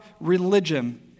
religion